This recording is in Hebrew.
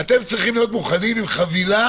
אתם צריכים להיות מוכנים עם חבילה